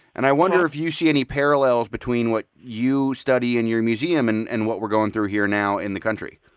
and i wonder if you see any parallels between what you study in your museum and and what we're going through here now in the country